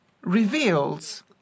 reveals